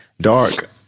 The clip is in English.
dark